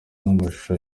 n’amashusho